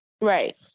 Right